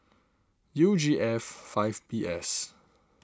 U G F five B S